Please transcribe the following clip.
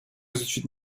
изучить